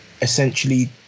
essentially